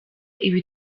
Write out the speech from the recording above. iba